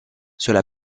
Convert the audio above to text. cela